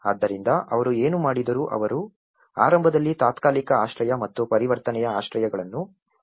ಆದ್ದರಿಂದ ಅವರು ಏನು ಮಾಡಿದರು ಅವರು ಆರಂಭದಲ್ಲಿ ತಾತ್ಕಾಲಿಕ ಆಶ್ರಯ ಮತ್ತು ಪರಿವರ್ತನೆಯ ಆಶ್ರಯಗಳನ್ನು ಬೆಂಬಲಿಸಿದರು